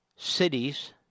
Cities